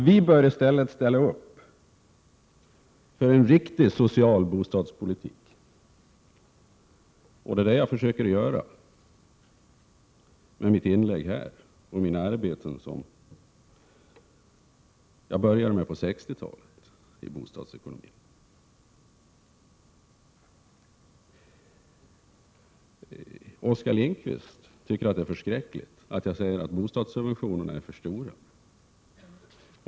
Vi bör i stället ställa upp för en riktig social bostadspolitik, och det är det som jag försöker att göra med mina inlägg här och mina arbeten beträffande bostadsekonomin som jag började med på 60-talet. Oskar Lindkvist tycker att det är förskräckligt att jag säger att bostadssubventionerna är för stora.